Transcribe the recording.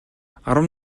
арван